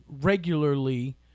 regularly